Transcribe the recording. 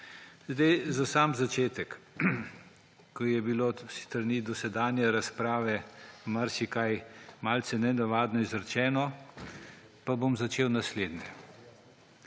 Za sam začetek, Ko je bilo v dosedanji razpravi marsikaj malce nenavadno izrečeno, pa bom začel z naslednjim.